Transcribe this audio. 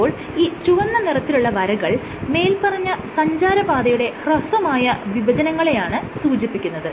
അപ്പോൾ ഈ ചുവന്ന നിറത്തിലുള്ള വരകൾ മേല്പറഞ്ഞ സഞ്ചാരപാതയുടെ ഹ്രസ്വമായ വിഭജനങ്ങളെയാണ് സൂചിപ്പിക്കുന്നത്